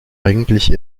eigentlich